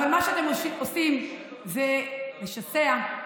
אבל מה שאתם עושים זה לשסע,